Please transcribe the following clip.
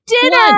dinner